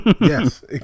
Yes